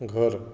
घर